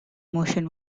motion